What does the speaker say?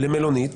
למלונית